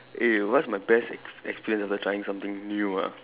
eh what's my best ex~ experience after trying something new ah